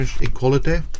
equality